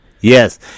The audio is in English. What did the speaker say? Yes